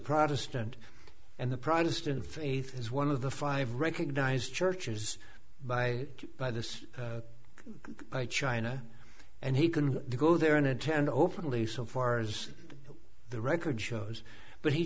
protestant and the protestant faith is one of the five recognized churches by by this china and he can go there and attend openly so far as the record shows but he